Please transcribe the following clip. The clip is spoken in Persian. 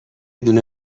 دونه